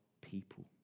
people